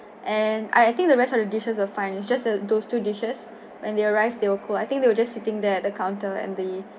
and I think the rest of the dishes are fine it's just those two dishes when they arrived they were cold I think they were just sitting there at the counter and the